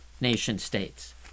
nation-states